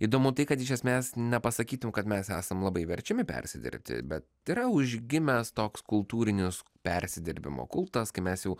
įdomu tai kad iš esmės nepasakytum kad mes esam labai verčiami persidirbti bet tai yra užgimęs toks kultūrinis persidirbimo kultas kai mes jau